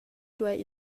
duei